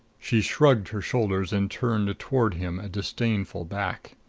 she shrugged her shoulders and turned toward him a disdainful back.